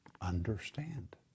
understand